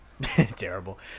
Terrible